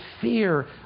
fear